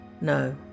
No